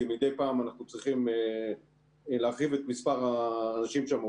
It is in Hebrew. כי מדי פעם אנחנו צריכים להרחיב את מספר האנשים שם,